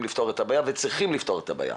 לפתור את הבעיה וצריכים לפתור את הבעיה.